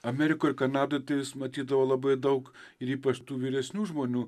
amerikoj kanadoj tai vis matydavau labai daug ir ypač tų vyresnių žmonių